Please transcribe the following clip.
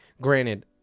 granted